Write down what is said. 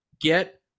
Get